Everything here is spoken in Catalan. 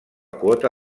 quota